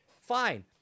fine